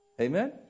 Amen